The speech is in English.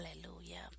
Hallelujah